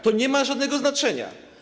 To nie ma żadnego znaczenia.